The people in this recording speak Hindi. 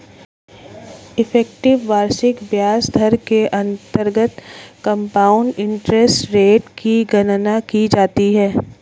इफेक्टिव वार्षिक ब्याज दर के अंतर्गत कंपाउंड इंटरेस्ट रेट की गणना की जाती है